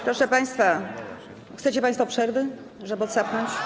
Proszę państwa, chcecie państwo przerwy, żeby odsapnąć?